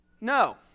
No